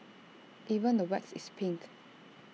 even the wax is pink